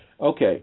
okay